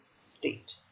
state